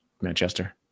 Manchester